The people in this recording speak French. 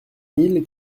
mille